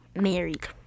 married